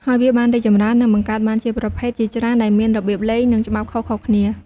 ហើយវាបានរីកចម្រើន និងបង្កើតបានជាប្រភេទជាច្រើន ដែលមានរបៀបលេង និងច្បាប់ខុសៗគ្នា។